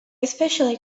especially